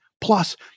Plus